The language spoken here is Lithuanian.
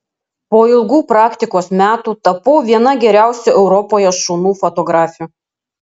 po ilgų praktikos metų tapau viena geriausių europoje šunų fotografių